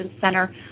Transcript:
center